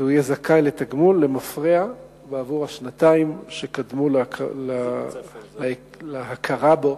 והוא יהיה זכאי לתגמול למפרע בעבור השנתיים שקדמו להכרה בו